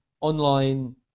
online